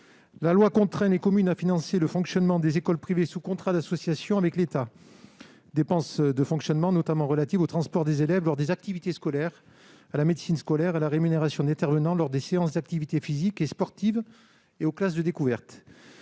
La loi contraint les communes à financer le fonctionnement des écoles privées sous contrat d'association avec l'État, notamment les dépenses de fonctionnement relatives au transport des élèves lors des activités scolaires, à la médecine scolaire, à la rémunération d'intervenants lors des séances d'activités physiques et sportives et aux classes de découverte.